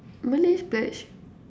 Malay pledge